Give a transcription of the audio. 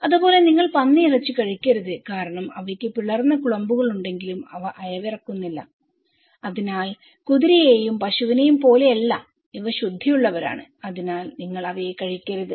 അതുപോലെ നിങ്ങൾ പന്നിയിറച്ചി കഴിക്കരുത് കാരണം അവയ്ക്ക് പിളർന്ന കുളമ്പുകളുണ്ടെങ്കിലും അവ അയവിറക്കുന്നില്ല അതിനാൽ കുതിരയെയും പശുവിനെയും പോലെയല്ല ഇവ ശുദ്ധിയുള്ളവരാണ് അതിനാൽ നിങ്ങൾ അവയെ കഴിക്കരുത്